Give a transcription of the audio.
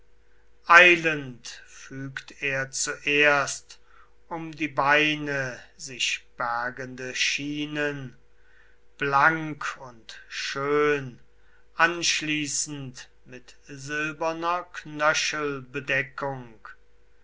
eilend fügt er zuerst um die beine sich bergende schienen blank und schön anschließend mit silberner knöchelbedeckung